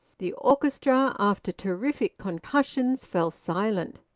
the orchestra, after terrific concussions, fell silent,